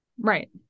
right